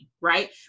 right